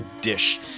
Dish